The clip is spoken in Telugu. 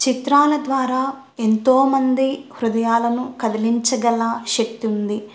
చిత్రాల ద్వారా ఎంతోమంది హృదయాలను కదిలించగల శక్తి ఉంది